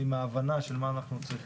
או עם ההבנה של מה אנחנו צריכים,